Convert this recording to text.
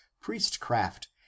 priestcraft